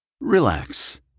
Relax